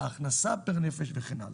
להכנסה פר נפש וכן הלאה.